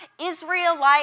Israelite